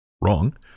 wrong